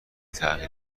تغییر